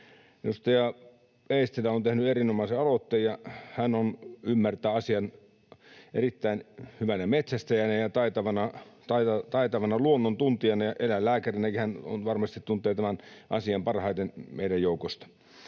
Edustaja Eestilä on tehnyt erinomaisen aloitteen, ja hän ymmärtää asian erittäin hyvänä metsästäjänä ja taitavana luonnon tuntijana, ja eläinlääkärinäkin hän varmasti tuntee tämän asian parhaiten meidän joukosta.